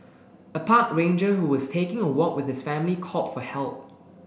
a park ranger who was taking a walk with his family called for help